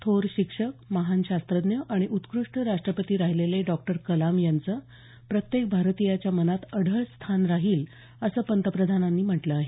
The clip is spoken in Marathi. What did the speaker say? थोर शिक्षक महान शास्त्रज्ञ आणि उत्कृष्ट राष्ट्रपती राहिलेले डॉक्टर कलाम यांचं प्रत्येक भारतीयाच्या मनात अढळ स्थान राहील असं पंतप्रधानांनी म्हटलं आहे